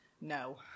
No